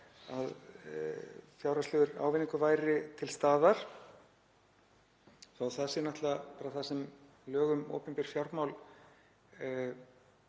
að fjárhagslegur ávinningur væri til staðar þó að það sé náttúrlega bara það sem lög um opinber fjármál